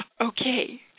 Okay